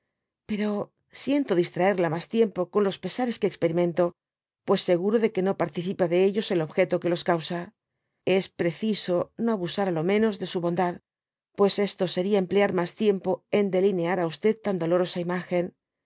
pero siento distraerla mas tiempo con los pesares qe experimento pues seguro de que no participa de ellos el objeto que los causa es preciso no abusar á lo menos de su bondad pues esto seria emplear mas tiempo en delinear á s tan dolorosa imagen